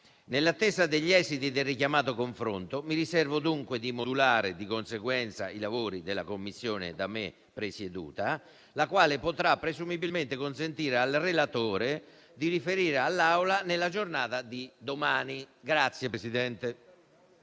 Nell'attesa degli esiti del richiamato confronto, mi riservo dunque di modulare di conseguenza i lavori della Commissione da me presieduta, la quale potrà presumibilmente consentire al relatore di riferire all'Aula nella giornata di domani.